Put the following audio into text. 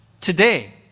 today